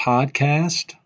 Podcast